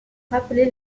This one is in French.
rappeler